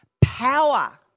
Power